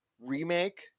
Remake